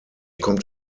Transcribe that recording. kommt